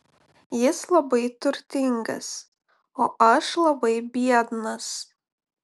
jis labai turtingas o aš labai biednas